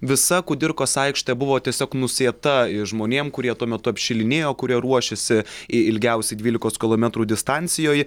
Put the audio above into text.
visa kudirkos aikštė buvo tiesiog nusėta i žmonėm kurie tuo metu apšilinėjo kurie ruošėsi i ilgiausiai dvylikos kilometrų distancijoj